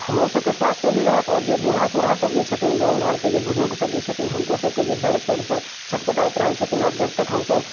हमरो सभके स्वास्थ सही रहत आओर जे बुढ़ा सुढ़ा सभ जे छथिन गाँव घरके जे बुजुर्ग सभ जे छथिन हुनको सभके जे दर्द तर्दसँ छटपटाइत रहै छथिन आओर जब तक हमसभ